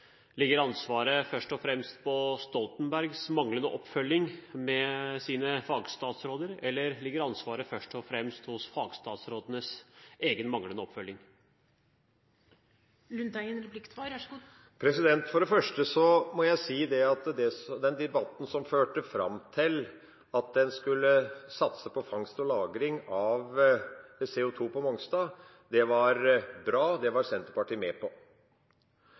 Ligger ansvaret først og fremst på Stoltenbergs manglende oppfølging med sine fagstatsråder, eller ligger ansvaret først og fremst på fagstatsrådenes egen manglende oppfølging? For det første må jeg si at den debatten som førte fram til at en skulle satse på fangst og lagring av CO2på Mongstad, var bra, det var Senterpartiet med på.